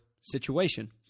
situation